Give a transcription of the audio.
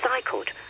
recycled